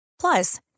Plus